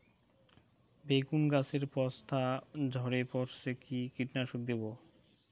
বেগুন গাছের পস্তা ঝরে পড়ছে কি কীটনাশক দেব?